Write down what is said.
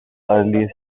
earliest